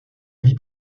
vie